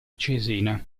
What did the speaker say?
cesena